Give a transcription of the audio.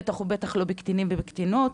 בטח ובטח לא בקטינים ובקטינות,